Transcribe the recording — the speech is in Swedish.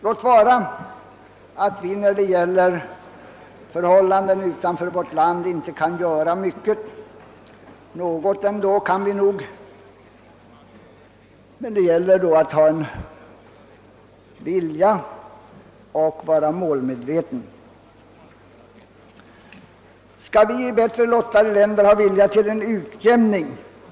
Låt vara att vi inte kan göra mycket åt förhållandena utanför vårt land; något kan nog ändå göras. Det gäller då att ha en vilja och vara målmedveten. Har vi i bättre lottade länder en vilja till utjämning?